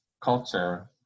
culture